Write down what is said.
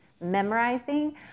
Memorizing